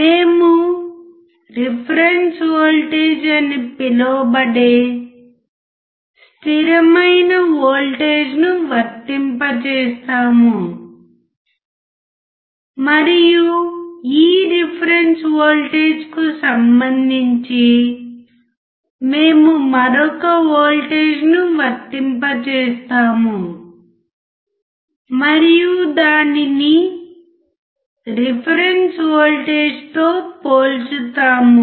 మేము reference voltage అని పిలువబడే స్థిరమైన వోల్టేజ్ను వర్తింపజేస్తాము మరియు ఈ రిఫరెన్స్ వోల్టేజ్కు సంబంధించి మేము మరొక వోల్టేజ్ను వర్తింపజేస్తాము మరియు దానిని రిఫరెన్స్ వోల్టేజ్తో పోల్చుతాము